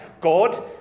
God